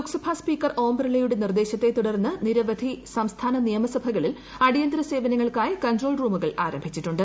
Lok Sabha speaker ഓം ബിർലയുടെ നിർദ്ദേശത്തെ തുടർന്ന് നിരവധി സംസ്ഥാന നിയമസഭകളിൽ അടിയന്തിര സേവനങ്ങൾക്കായി കൺട്രോൾ റൂമുകൾ ആരംഭിച്ചിട്ടുണ്ട്